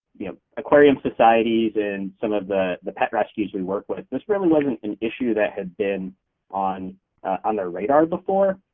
the ah aquarium societies and some of the the pet rescues we work with. this really wasn't an issue that had been on on their radar before,